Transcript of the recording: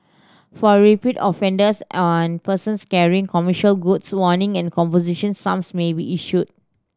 for repeat offenders and persons carrying commercial goods warning and composition sums may be issued